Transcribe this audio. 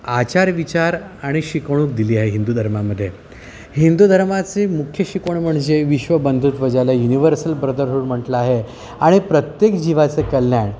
आचार विचार आणि शिकवणूक दिली आहे हिंदू धर्मामध्ये हिंदू धर्माचे मुख्य शिकवण म्हणजे विश्व बंधुत्व ज्याला युनिवर्सल ब्रदरहूड म्हटलं आहे आणि प्रत्येक जीवाचं कल्याण